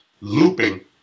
looping